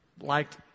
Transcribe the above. liked